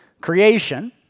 Creation